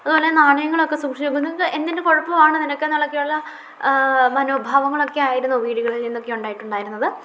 അതുപോലെ നാണയങ്ങളൊക്കെ സൂക്ഷിച്ചുവെക്കും നിങ്ങൾക്ക് എന്തിൻ്റെ കുഴപ്പമാണ് നിനക്ക് എന്നൊക്കെയുള്ള മനോഭാവങ്ങളൊക്കെയായിരുന്നു വീടുകളിൽ നിന്നൊക്കെ ഉണ്ടായിട്ടുണ്ടായിരുന്നത്